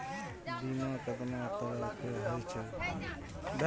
बीमा केतना तरह के हाई छै?